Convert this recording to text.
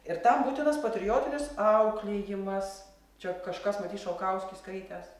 ir tam būtinas patriotinis auklėjimas čia kažkas matyt šalkauskį skaitęs